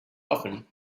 often